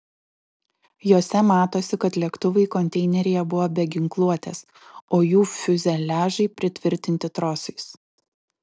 jose matosi kad lėktuvai konteineryje buvo be ginkluotės o jų fiuzeliažai pritvirtinti trosais